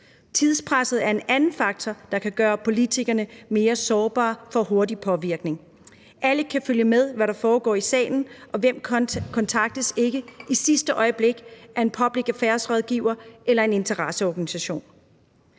Tidspresset er en anden faktor, der kan gøre politikerne mere sårbare for hurtigt påvirkning. Alle kan følge med i, hvad der foregår i salen, og hvem kontaktes ikke i sidste øjeblik af en public affair-rådgiver eller en interesseorganisation?